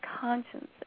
conscience